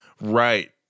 Right